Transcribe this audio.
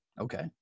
Okay